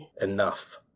Enough